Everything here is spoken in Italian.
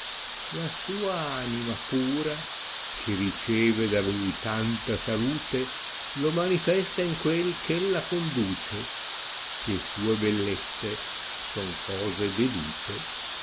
la sua anima pura che riceve da lui tanta salute lo manifesta in quel eh ella conduce che sue bellezze son cose vedute